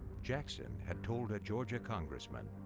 jackson had told a georgia congressman,